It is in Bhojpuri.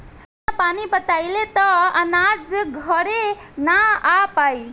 बिना पानी पटाइले त अनाज घरे ना आ पाई